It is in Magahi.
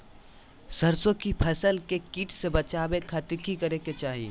सरसों की फसल के कीट से बचावे खातिर की करे के चाही?